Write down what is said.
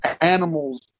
animals